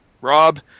Rob